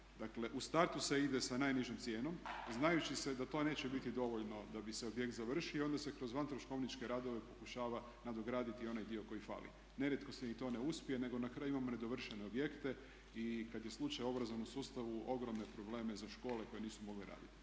Dakle, u startu se ide sa najnižom cijenom znajući se da to neće biti dovoljno da bi se objekt završio. Onda se kroz van troškovničke radove pokušava nadograditi onaj dio koji fali. Nerijetko se ni to ne uspije, nego na kraju imamo nedovršene objekte i kad je slučaj u obrazovnom sustavu ogromne probleme za škole koje nisu mogle raditi.